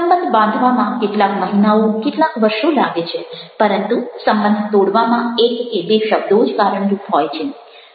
સંબંધ બાંધવામાં કેટલાક મહિનાઓ કેટલાક વર્ષો લાગે છે પરંતુ સંબંધ તોડવામાં એક કે બે શબ્દો જ કારણરૂપ હોય છે